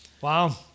Wow